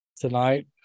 tonight